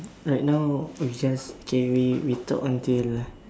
right now we just okay we we talk until